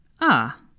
Ah